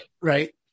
Right